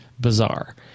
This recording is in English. bizarre